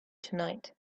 tonight